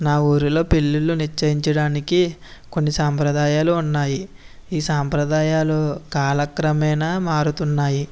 నా ఊరిలో పెళ్ళిళ్ళు నిశ్చయించడానికి కొన్ని సంప్రదాయాలు ఉన్నాయి ఈ సంప్రదాయాలు కాలక్రమేనా మారుతున్నాయి